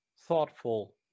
thoughtful